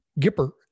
Gipper